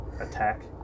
Attack